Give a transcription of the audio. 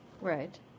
Right